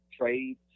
trade